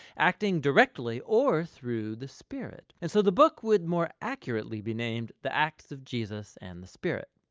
acting directly or through the spirit. and so, the book would more accurately be named the acts of jesus and the spirit.